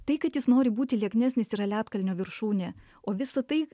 tai kad jis nori būti lieknesnis yra ledkalnio viršūnė o visa tai